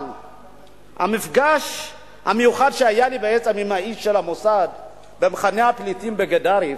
אבל המפגש המיוחד שהיה לי בעצם עם האיש של המוסד במחנה הפליטים בגדריף,